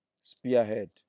spearhead